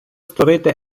створити